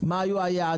מה היו היעדים,